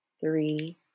three